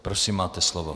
Prosím, máte slovo.